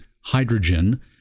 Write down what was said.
hydrogen